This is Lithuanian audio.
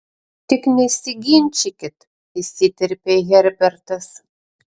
tik nesiginčykit įsiterpė herbertas